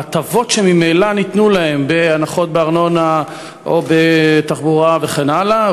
ההטבות שממילא ניתנו להם בהנחות בארנונה או בתחבורה וכן הלאה,